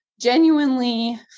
genuinely